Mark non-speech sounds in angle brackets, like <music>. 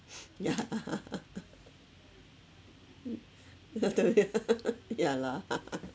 <noise> ya <laughs> <noise> you have to <laughs> ya lah <laughs>